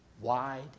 Wide